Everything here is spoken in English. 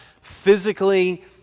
physically